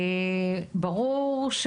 ברור,